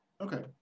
Okay